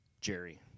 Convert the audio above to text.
Jerry